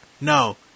no